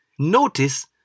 Notice